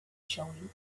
showing